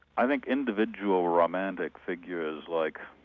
i think individual romantic figures like